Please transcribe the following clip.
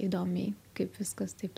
įdomiai kaip viskas taip